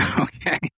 okay